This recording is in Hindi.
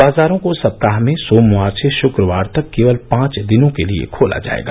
बाजारों को सप्ताह में सोमवार से शक्रवार तक केवल पांच दिनों के लिए खोला जाएगा